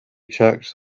checked